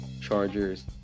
Chargers